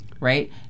right